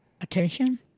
Attention